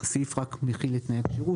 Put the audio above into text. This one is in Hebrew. שהסעיף רק --- תנאי כשירות.